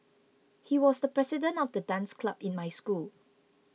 he was the president of the dance club in my school